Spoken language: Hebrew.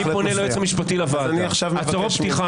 אני פונה ליועץ המשפטי לוועדה: הצהרות פתיחה